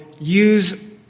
use